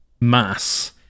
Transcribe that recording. mass